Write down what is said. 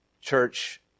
Church